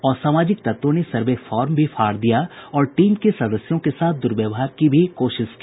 असामाजिक तत्वों ने सर्वे फार्म भी फाड़ दिया और टीम के सदस्यों के साथ दुर्व्यवहार की भी कोशिश की